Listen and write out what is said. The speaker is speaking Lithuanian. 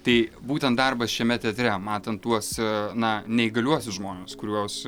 tai būtent darbas šiame teatre matant tuos aa na neįgaliuosius žmones kuriuos